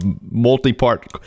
multi-part